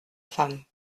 femme